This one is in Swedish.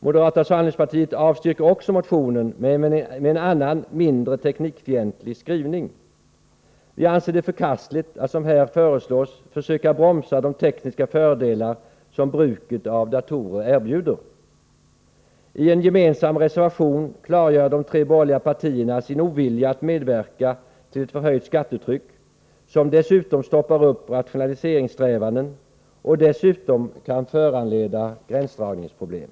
Moderata samlingspartiet avstyrker också motionen men med en annan, mindre teknikfientlig skrivning. Vi anser det förkastligt att — som här föreslås — försöka bromsa de tekniska fördelar som bruket av datorer erbjuder. I en gemensam reservation klargör de tre borgerliga partierna sin ovilja att medverka till ett förhöjt skattetryck som stoppar upp rationaliseringssträvanden och dessutom kan föranleda gränsdragningsproblem.